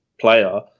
player